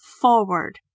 forward